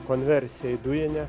konversija į dujinę